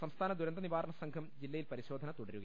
സംസ്ഥാന ദുരന്തനിവാരണസംഘം ജില്ലയിൽ പരിശോധന തുടരുകയാണ്